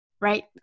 right